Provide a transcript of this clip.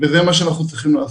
וזה מה שאנחנו צריכים לעשות.